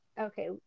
Okay